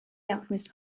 alchemist